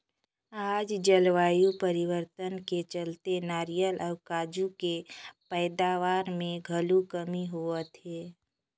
आज जलवायु परिवर्तन के चलते नारियर अउ काजू के पइदावार मे घलो कमी होवत हे